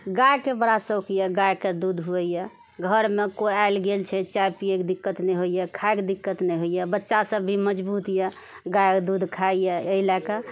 गायके बड़ा शौक यऽ गायके दूध होइए घरमे केओ आएल गेल छै चाय पिएके दिक्कत नहि होइए खाइके दिक्कत नहि होइए बच्चा सभ भी मजबूत यऽगायके दूध खाइए एहि लए कऽ